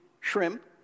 shrimp